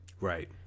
Right